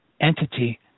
entity